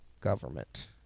government